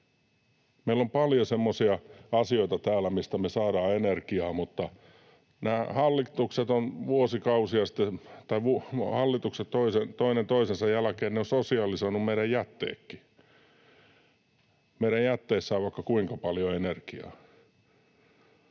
Meillä on paljon semmoisia asioita täällä, mistä me saadaan energiaa, mutta hallitukset toinen toisensa jälkeen ovat sosialisoineet meidän jätteetkin. Meidän jätteissä on vaikka kuinka paljon energiaa.